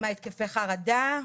עם התקפי החרדה,